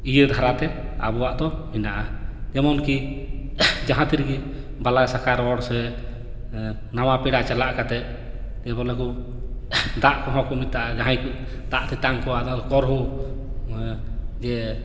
ᱤᱭᱟᱹ ᱫᱷᱟᱨᱟᱛᱮ ᱟᱵᱚᱣᱟᱜ ᱫᱚ ᱢᱮᱱᱟᱜᱼᱟ ᱡᱮᱢᱚᱱᱠᱤ ᱡᱟᱦᱟᱸ ᱛᱤᱨᱮᱜᱮ ᱵᱟᱞᱟᱥᱟᱠᱟ ᱨᱚᱲ ᱥᱮ ᱱᱟᱣᱟ ᱯᱮᱲᱟᱜ ᱪᱟᱞᱟᱣ ᱠᱟᱛᱮᱫ ᱡᱮᱵᱚᱞᱮ ᱠᱚ ᱫᱟᱜ ᱠᱚᱦᱚᱸ ᱠᱚ ᱢᱮᱛᱟᱜᱼᱟ ᱡᱟᱦᱟᱸᱭ ᱠᱚ ᱫᱟᱜ ᱛᱮᱛᱟᱝ ᱠᱚᱣᱟ ᱟᱫᱚ ᱠᱚ ᱨᱚ ᱡᱮ